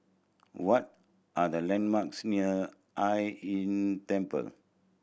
what are the landmarks near Hai Inn Temple